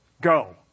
go